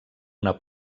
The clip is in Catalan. una